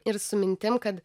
ir su mintim kad